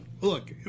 look